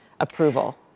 approval